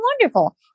wonderful